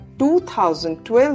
2012